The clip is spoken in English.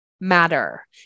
matter